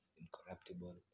incorruptible